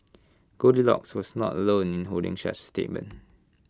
goldilocks was not alone in holding such A sentiment